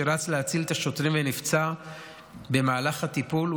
שרץ להציל את השוטרים ונפצע במהלך הטיפול,